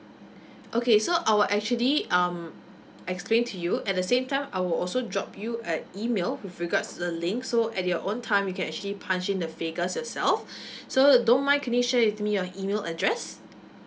okay so I'll actually um explain to you at the same time I will also drop you an email with regards to the links so at your own time you can actually punch in the figures yourself so don't mind can you share with me your email address